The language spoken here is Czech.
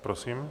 Prosím.